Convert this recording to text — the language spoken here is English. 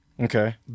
Okay